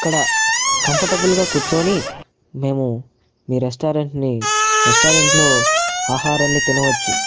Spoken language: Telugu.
అక్కడ కంఫర్టబుల్ గా కూర్చొని మేము మీ రెస్టారెంట్ ని రెస్టారెంట్ లో ఆహారాన్ని తినవచ్చు